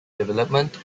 development